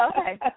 Okay